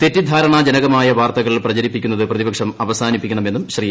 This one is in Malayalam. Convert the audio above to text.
തെറ്റിദ്ധാരണ ജനകമായ വാർത്തകൾ പ്രചരിപ്പിക്കുന്നത് പ്രതിപക്ഷം അവസാനിപ്പിക്കണമെന്നും ശ്രീ